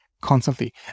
constantly